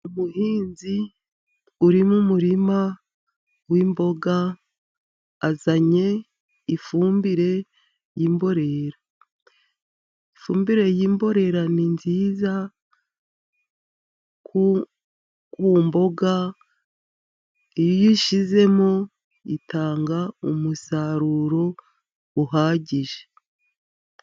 Umuhinzi uri mu murima w'imboga, azanye ifumbire y'imborera. Ifumbire y'imborera ni nziza ku mboga, iyo uyishyizemo itanga umusaruro uhagije.